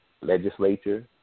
legislature